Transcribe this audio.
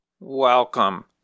Welcome